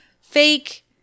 fake